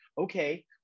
okay